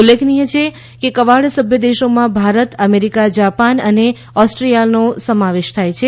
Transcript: ઉલ્લેખનીય છે કે કવાડ સભ્ય દેશોમાં ભારત અમેરીકા જાપાન અને ઓસ્ટ્રેલીયાનો સમાવેશ થાય છે